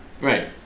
right